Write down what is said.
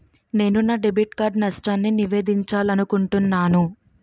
నేను నా debit card నష్టాన్ని నివేదించాలనుకుంటున్నాను